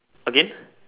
again